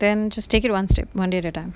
then just take it one step one day at a time